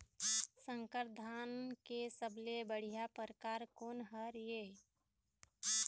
संकर धान के सबले बढ़िया परकार कोन हर ये?